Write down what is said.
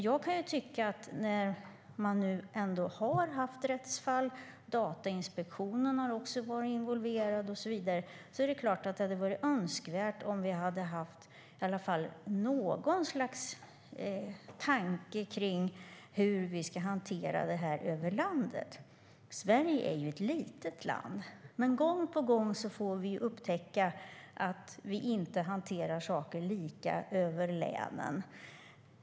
Jag kan tycka att när det ändå har funnits rättsfall - Datainspektionen har varit involverad - är det önskvärt med något slags tanke om hur vi ska hantera frågan över landet. Sverige är ett litet land, men gång på gång får vi upptäcka att saker inte hanteras lika över länen.